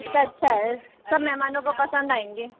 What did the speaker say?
इतना अच्छा है सब मेहमानों को पसंद आएँगे